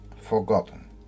forgotten